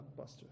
blockbuster